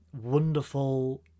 wonderful